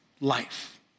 life